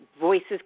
voices